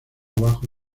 abajo